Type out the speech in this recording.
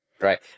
right